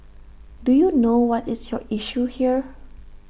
do you know what is your issue here